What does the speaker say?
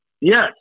Yes